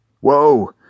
Whoa